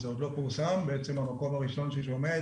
זה עוד לא פורסם ובעצם המקום הראשון ששומע את